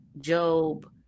job